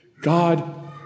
God